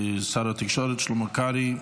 שר התקשורת שלמה קרעי,